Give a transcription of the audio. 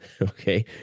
Okay